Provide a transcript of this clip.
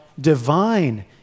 divine